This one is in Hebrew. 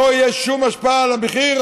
לא תהיה שום השפעה על המחיר,